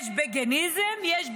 יש בגיניזם, יש ביביזם,